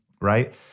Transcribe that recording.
right